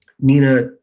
Nina